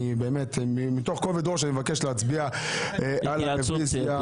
ובאמת מתוך כובד ראש אני מבקש להצביע על הרוויזיה.